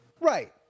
Right